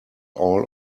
all